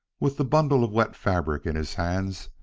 with the bundle of wet fabric in his hands,